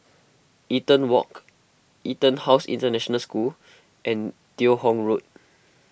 Eaton Walk EtonHouse International School and Teo Hong Road